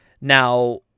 Now